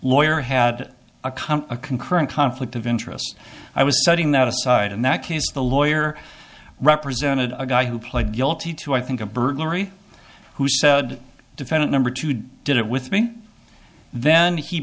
lawyer had a come a concurrent conflict of interests i was setting that aside in that case the lawyer represented a guy who pled guilty to i think a burglary who said defendant number two did it with then he